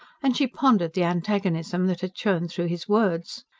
and she pondered the antagonism that had shown through his words.